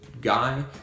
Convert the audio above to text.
guy